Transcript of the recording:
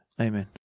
amen